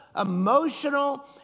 emotional